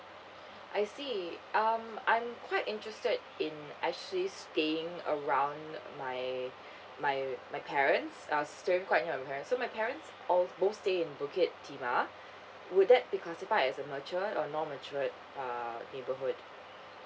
I see um I'm quite interested in actually staying around my my my parents I was staying quite near my parents so my parents all both stay in bukit timah would that be classified as a mature or non matured uh neighborhood